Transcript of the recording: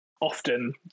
often